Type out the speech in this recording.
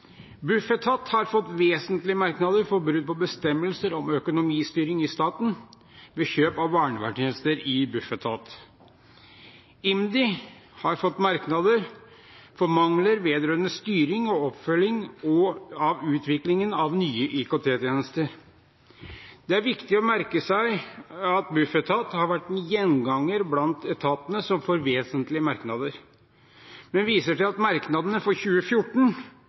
har fått merknader. Bufetat har fått vesentlige merknader for brudd på bestemmelser om økonomistyring i staten ved kjøp av barnevernstjenester i Bufetat. IMDi har fått merknader for mangler vedrørende styring og oppfølging av utviklingen av nye IKT-tjenester. Det er viktig å merke seg at Bufetat har vært en gjenganger blant etatene som har fått vesentlige merknader, men komiteen viser til at merknadene for 2014